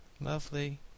lovely